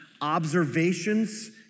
observations